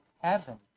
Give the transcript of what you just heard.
heaven